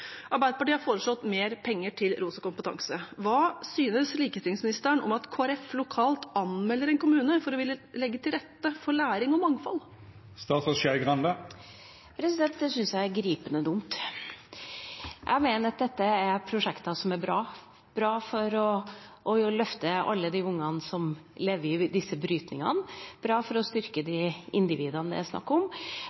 Arbeiderpartiet har foreslått mer penger til Rosa kompetanse. Hva synes likestillingsministeren om at Kristelig Folkeparti lokalt anmelder en kommune for å ville legge til rette for læring og mangfold? Det syns jeg er gripende dumt. Jeg mener at dette er prosjekter som er bra – bra for å løfte alle de ungene som lever i disse brytningene, og bra for å styrke